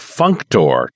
functor